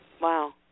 Wow